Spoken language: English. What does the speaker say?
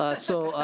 ah so,